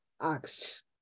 asked